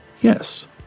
Yes